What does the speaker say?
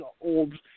old